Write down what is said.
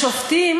השופטים